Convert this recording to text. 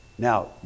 Now